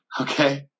Okay